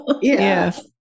yes